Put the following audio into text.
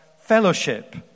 fellowship